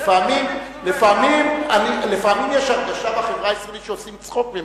לפעמים יש הרגשה בחברה הישראלית שעושים צחוק ממנה.